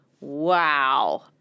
wow